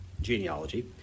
genealogy